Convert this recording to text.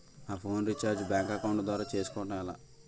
నా phone recharge bank account ద్వారా చేసుకోవటం ఎలా?